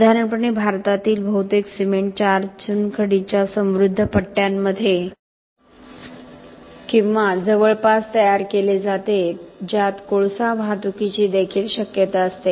साधारणपणे भारतातील बहुतेक सिमेंट चार चुनखडीच्या समृद्ध पट्ट्यांमध्ये किंवा जवळपास तयार केले जाते ज्यात कोळसा वाहतुकीची देखील शक्यता असते